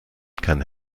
kann